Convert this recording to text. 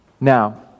Now